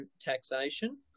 taxation